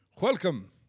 welcome